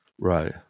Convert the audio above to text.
Right